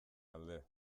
alde